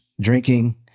drinking